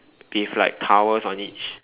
with like towers on each